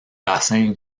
bassin